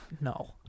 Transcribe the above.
No